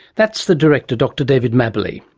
that's the director dr david mabberley.